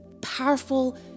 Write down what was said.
powerful